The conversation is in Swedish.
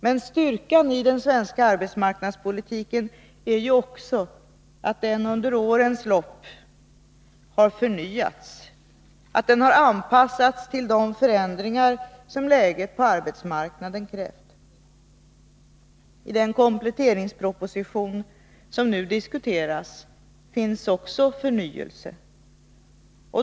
Men en styrka i den svenska arbetsmarknadspolitiken är också att den under årens lopp har förnyats, att den har anpassats till de förändringar som läget på arbetsmarknaden kräver. I den kompletteringsproposition som nu diskuteras finns också förnyelse.